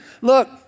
Look